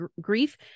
Grief